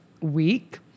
week